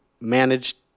managed